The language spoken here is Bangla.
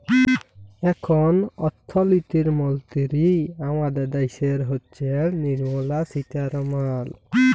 এখল অথ্থলিতি মলতিরি আমাদের দ্যাশের হচ্ছেল লির্মলা সীতারামাল